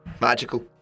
Magical